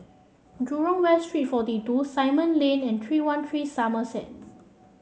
Jurong West Street forty two Simon Lane and three one three Somerset